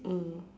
mm